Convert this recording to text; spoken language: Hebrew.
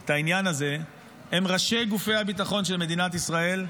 את העניין הזה הם ראשי גופי הביטחון של מדינת ישראל,